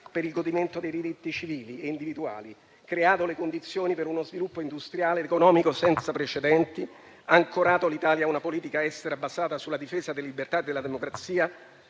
per il godimento dei diritti civili e individuali, creato le condizioni per uno sviluppo industriale ed economico senza precedenti, ancorato l'Italia a una politica estera basata sulla difesa delle libertà e della democrazia,